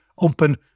open